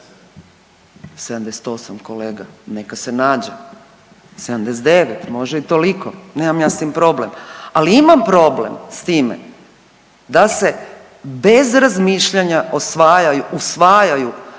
78 kolega neka se nađe, 79 može i toliko, nemam ja s tim problem, ali imam problem s time da se bez razmišljanja osvajaju, usvajaju,